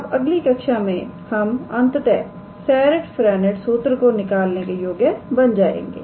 अब अगली कक्षा में हम अंततः सेरिट फ्रेंनेट सूत्र को निकालने के योग्य बन जाएंगे